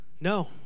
No